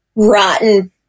rotten